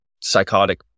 psychotic